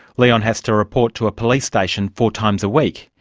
leon has to report to a police station four times a week.